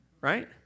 right